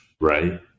right